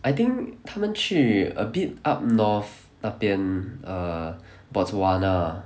I think 他们去 a bit up north 那边 err botswana